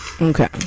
okay